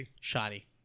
Shoddy